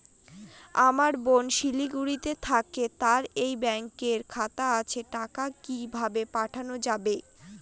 আমার বোন শিলিগুড়িতে থাকে তার এই ব্যঙকের খাতা আছে টাকা কি ভাবে পাঠানো যাবে?